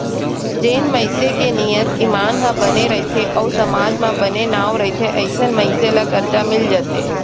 जेन मनसे के नियत, ईमान ह बने रथे अउ समाज म बने नांव रथे अइसन मनसे ल करजा मिल जाथे